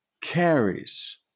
carries